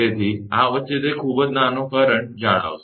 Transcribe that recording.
તેથી આ વચ્ચે તે ખૂબ જ નાનો કરંટપ્રવાહ જાળવશે